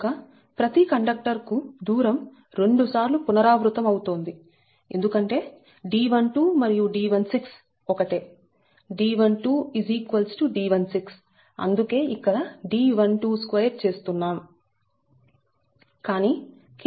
కనుక ప్రతి కండక్టర్ కు దూరం రెండు సార్లు పునరావృతం అవుతోంది ఎందుకంటే D12 మరియు D16 ఒకటే D12 D16 అందుకే ఇక్కడ D122 చేస్తున్నాం